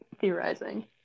theorizing